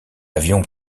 avion